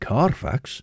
Carfax